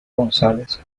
gonzález